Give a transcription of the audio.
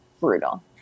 brutal